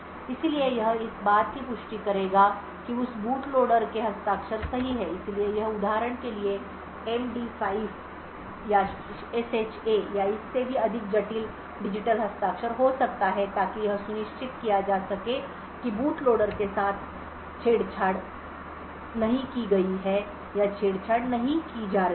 इसलिए यह इस बात की पुष्टि करेगा कि उस बूट लोडर के हस्ताक्षर सही हैं इसलिए यह उदाहरण के लिए MD5 या SHA या इससे भी अधिक जटिल डिजिटल हस्ताक्षर हो सकता है ताकि यह सुनिश्चित किया जा सके कि बूट लोडर के साथ छेड़छाड़ नहीं की गई है या छेड़छाड़ नहीं की जा रही है